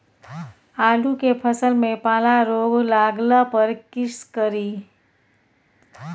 आलू के फसल मे पाला रोग लागला पर कीशकरि?